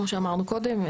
כמו שאמרנו קודם,